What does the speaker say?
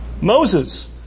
Moses